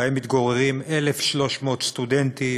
ומתגוררים בהם 1,300 סטודנטים,